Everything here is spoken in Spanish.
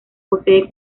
posee